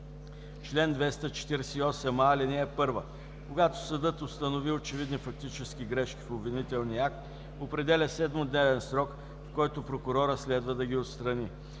Чл. 248а. (1) Когато съдът установи очевидни фактически грешки в обвинителния акт, определя 7-дневен срок, в който прокурорът следва да ги отстрани.